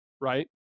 right